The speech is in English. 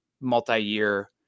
multi-year